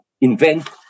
invent